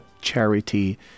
charity